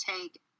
take